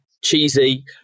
cheesy